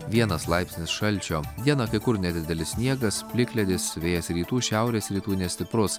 vienas laipsnis šalčio dieną kai kur nedidelis sniegas plikledis vėjas rytų šiaurės rytų nestiprus